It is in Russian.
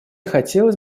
хотелось